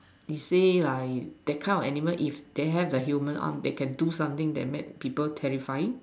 can say like that kind of animal if they have a human arm they can do something that make people terrifying